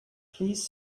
please